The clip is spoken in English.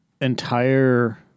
entire